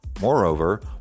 Moreover